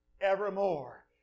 evermore